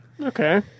Okay